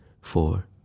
four